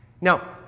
Now